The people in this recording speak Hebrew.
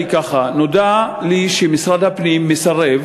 נודע לי שמשרד הפנים מסרב